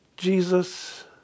Jesus